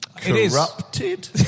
corrupted